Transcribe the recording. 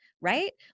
right